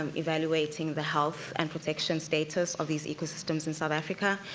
um evaluating the health and protection status of these ecosystems in south africa,